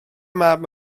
mab